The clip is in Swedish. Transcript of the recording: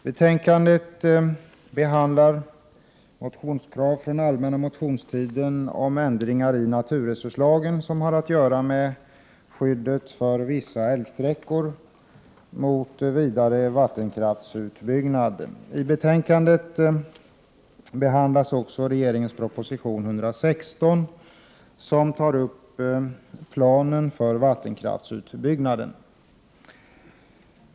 Betänkandet behandlar motioner från den allmänna motionstiden med krav på ändringar i naturresurslagen som har att göra med skyddet för vissa älvsträckor mot vidare vattenkraftsutbyggnad. I betänkandet behandlas också regeringens proposition 1988/ 89:116, som tar upp planen för vattenkraftsutbyggnaden.